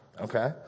Okay